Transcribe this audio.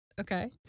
Okay